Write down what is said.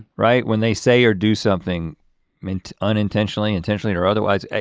right, when they say or do something meant unintentionally, intentionally or otherwise.